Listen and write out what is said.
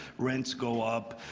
rents go up,